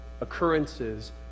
occurrences